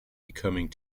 becoming